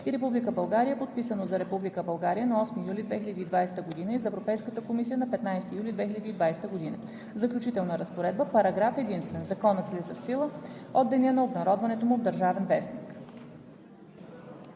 за Република България на 8 юли 2020 г. и за Европейската комисия на 15 юли 2020 г. Заключителна разпоредба Параграф единствен. Законът влиза в сила от деня на обнародването му в „Държавен вестник“.“